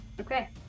okay